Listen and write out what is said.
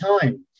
time